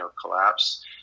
collapse